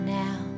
now